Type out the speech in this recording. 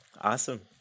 awesome